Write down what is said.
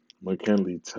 McKinley